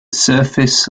surface